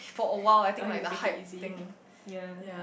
but have to take it easy yea